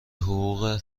حقوق